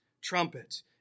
trumpet